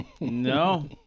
No